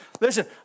listen